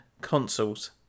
consoles